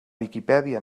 viquipèdia